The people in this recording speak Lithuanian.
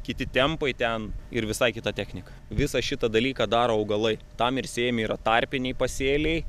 kiti tempai ten ir visai kita technika visą šitą dalyką daro augalai tam ir sėjami ir tarpiniai pasėliai